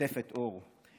עוטפת אור".